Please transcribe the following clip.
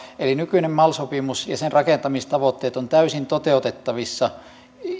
eli nykyinen mal sopimus ja sen rakentamistavoitteet ovat täysin toteutettavissa